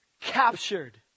captured